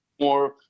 more